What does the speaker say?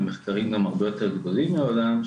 ממחקרים הרבה יותר גדולים מהעולם.